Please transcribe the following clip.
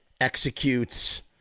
executes